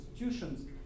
institutions